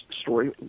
story